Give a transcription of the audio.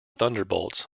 thunderbolts